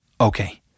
Okay